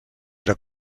era